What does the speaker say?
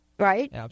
Right